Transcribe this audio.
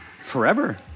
forever